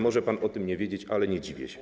Może pan o tym nie wiedzieć, ale nie dziwię się.